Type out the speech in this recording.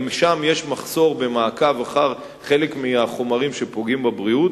אם שם אין מספיק מעקב אחר חלק מהחומרים שפוגעים בבריאות,